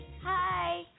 Hi